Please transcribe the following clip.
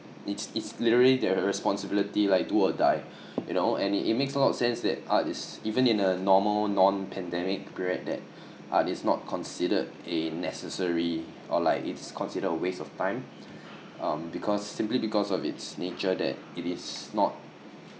it's it's literally their responsibility like do or die you know and it it makes a lot sense that art is even in a normal non pandemic period that art is not considered a necessary or like it's considered a waste of time um because simply because of its nature that it is not